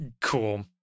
Cool